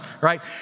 right